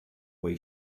way